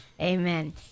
Amen